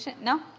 No